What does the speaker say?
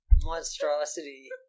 monstrosity